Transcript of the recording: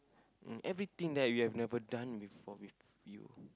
um everything that you have never done before with you